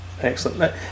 excellent